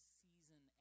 season